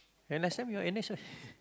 and last time your n_s right